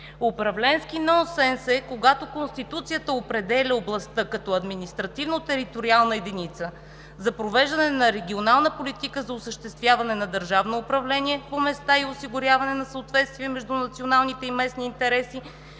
Управленски нонсенс е, когато Конституцията определя областта като административно-териториална единица за провеждане на регионална политика за осъществяване на държавно управление по места и осигуряване на съответствие между националните и местните интереси,